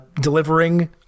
delivering